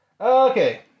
Okay